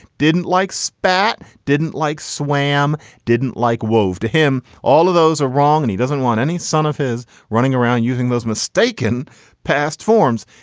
didn't like spatt, didn't like swam, didn't like wove to him. all of those are wrong. and he doesn't want any son of his running around using those mistaken past forms.